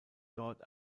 dort